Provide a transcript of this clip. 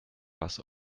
was